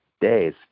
days